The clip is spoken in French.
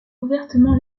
ouvertement